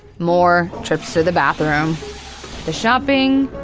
more trips to the bathroom the shopping